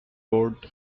board